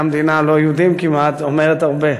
המדינה הלא-יהודים כמעט אומרת הרבה.